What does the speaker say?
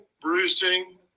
bruising